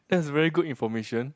that is very good information